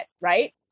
right